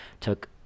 took